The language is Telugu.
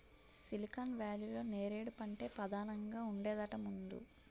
సిలికాన్ వేలీలో నేరేడు పంటే పదానంగా ఉండేదట ముందు